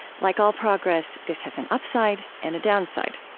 like all progress, this has an upside and a downside.